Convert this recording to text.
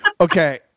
okay